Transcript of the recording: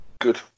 Good